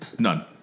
None